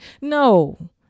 No